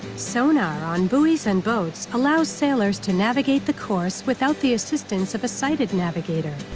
sonar on buoys and boats allows sailors to navigate the course without the assistance of a sighted navigator.